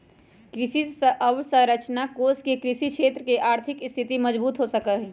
कृषि अवसरंचना कोष से कृषि क्षेत्र के आर्थिक स्थिति मजबूत हो सका हई